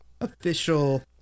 official